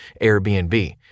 Airbnb